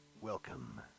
Welcome